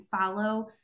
follow